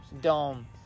dome